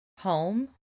home